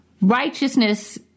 Righteousness